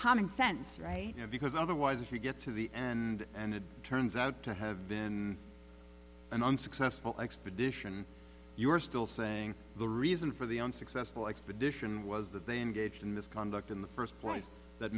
common sense right now because otherwise if you get to the end and it turns out to have been an unsuccessful expedition you are still saying the reason for the unsuccessful expedition was that they engaged in this conduct in the first place that